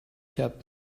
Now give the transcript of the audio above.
captain